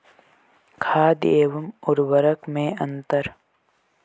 खाद एवं उर्वरक में अंतर?